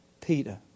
Peter